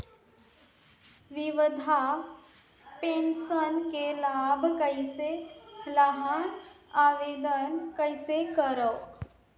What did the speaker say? विधवा पेंशन के लाभ कइसे लहां? आवेदन कइसे करव?